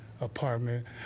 apartment